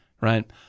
right